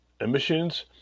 emissions